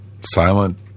silent